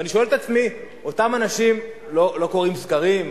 ואני שואל את עצמי, אותם אנשים לא קוראים סקרים?